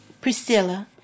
Priscilla